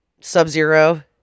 sub-zero